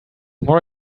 more